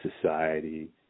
society